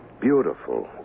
beautiful